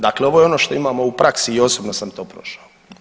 Dakle, ovo je ono što imamo u praksi i osobno sam to prošao.